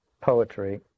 poetry